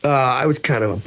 i was kind of a